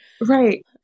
right